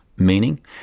Meaning